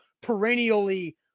perennially